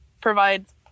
provides